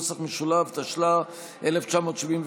התשל"א 1971,